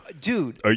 dude